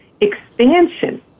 expansion